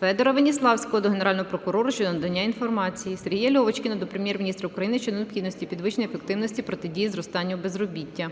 Федора Веніславського до Генерального прокурора щодо надання інформації. Сергія Льовочкіна до Прем'єр-міністра України щодо необхідності підвищення ефективності протидії зростанню безробіття.